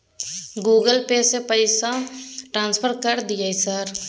Google से से पैसा ट्रांसफर कर दिय सर?